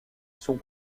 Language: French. son